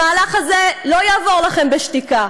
המהלך הזה לא יעבור לכם בשתיקה,